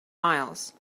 miles